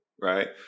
right